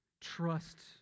Trust